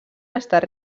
estat